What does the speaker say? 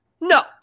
No